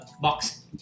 box